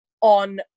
on